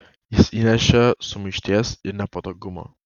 jis įnešė sumaišties ir nepatogumo